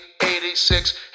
86